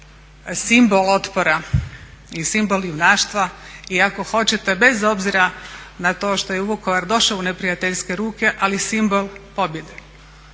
simbol otpora i simbol junaštva i ako hoćete bez obzira na to što je Vukovar došao u neprijateljske ruke, ali simbol pobjede.